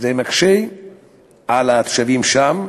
מקשה על התושבים שם.